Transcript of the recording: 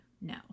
no